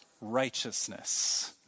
righteousness